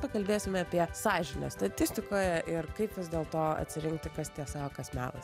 pakalbėsime apie sąžinę statistikoje ir kaip vis dėlto atsirinkti kas tiesa o kas melas